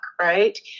right